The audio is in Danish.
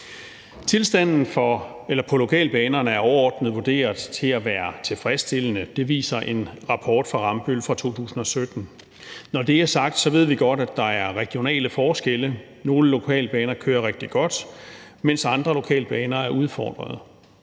Tilstanden på lokalbanerne er overordnet vurderet til at være tilfredsstillende. Det viser en rapport fra Rambøll fra 2017. Når det er sagt, ved vi godt, at der er regionale forskelle. Nogle lokalbaner kører rigtig godt, mens andre lokalbaner er udfordret.